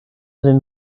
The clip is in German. den